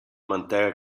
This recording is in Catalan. mantega